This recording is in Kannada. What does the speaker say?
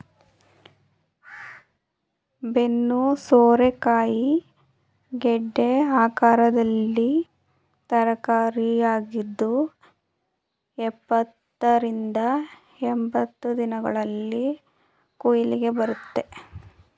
ಬೆನ್ನು ಸೋರೆಕಾಯಿ ಗೆಡ್ಡೆ ಆಕಾರದ ತರಕಾರಿಯಾಗಿದ್ದು ಎಪ್ಪತ್ತ ರಿಂದ ಎಂಬತ್ತು ದಿನಗಳಲ್ಲಿ ಕುಯ್ಲಿಗೆ ಬರುತ್ತೆ